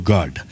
God